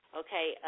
okay